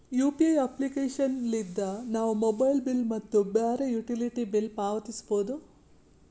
UPI application ಲಿದ್ದ ನಾವು mobile bill ಮತ್ತು ಬ್ಯಾರೆ ಯುಟಿಲಿಟಿ ಬಿಲ್ ಪಾವತಿಸಬೋದು